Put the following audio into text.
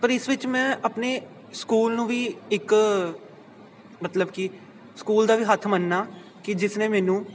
ਪਰ ਇਸ ਵਿੱਚ ਮੈਂ ਆਪਣੇ ਸਕੂਲ ਨੂੰ ਵੀ ਇੱਕ ਮਤਲਬ ਕਿ ਸਕੂਲ ਦਾ ਵੀ ਹੱਥ ਮੰਨਣਾ ਕੀ ਜਿਸ ਨੇ ਮੈਨੂੰ